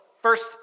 First